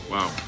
Wow